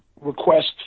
request